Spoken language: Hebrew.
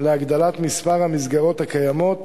להגדלת מספר המסגרות הקיימות